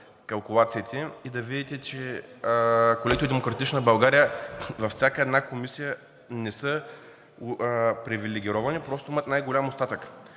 калкулациите и да видите, че колегите от „Демократична България“ във всяка една комисия не са привилегировани, а просто имат най-голям остатък.